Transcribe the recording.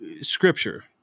scripture